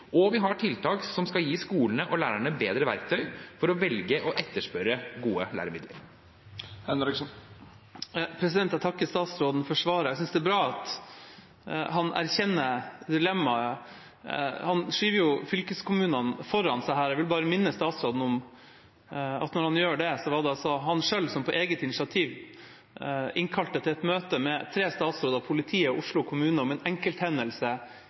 og vi har tiltak som skal gi skolene og lærerne bedre verktøy for å velge og etterspørre gode læremidler. Jeg takker statsråden for svaret. Jeg synes det er bra at han erkjenner dilemmaet. Han skyver jo fylkeskommunene foran seg her. Jeg vil bare minne statsråden om at når han gjør det, var det altså han selv som på eget initiativ innkalte til et møte med tre statsråder, politiet og Oslo kommune om en enkelthendelse